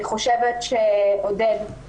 אני חושבת שאתה,